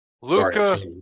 Luca